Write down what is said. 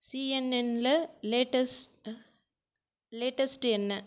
சிஎன்எனில் latest latest என்ன